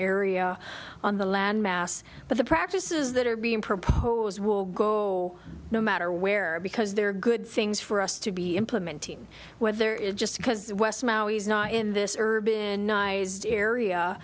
area on the land mass but the practices that are being proposed will go no matter where because there are good things for us to be implementing whether it's just because west now he's not in this urbin